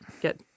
get